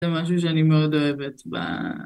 זה משהו שאני מאוד אוהבת. ב...